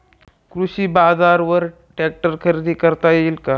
कृषी बाजारवर ट्रॅक्टर खरेदी करता येईल का?